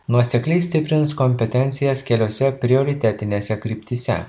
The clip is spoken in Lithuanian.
nuosekliai stiprins kompetencijas keliose prioritetinėse kryptyse